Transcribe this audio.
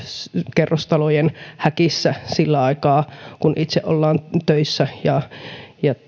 kerrostaloissa häkissä sillä aikaa kun itse ollaan töissä ja ja